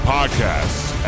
Podcasts